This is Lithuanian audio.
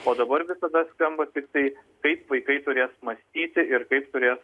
o dabar visada skamba tiktai kaip vaikai turės mąstyti ir kaip turės